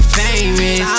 famous